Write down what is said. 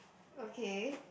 okay